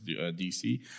DC